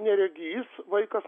neregys vaikas